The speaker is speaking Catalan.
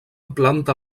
planta